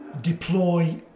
deploy